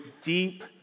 deep